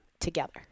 together